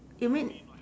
you mean